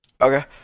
Okay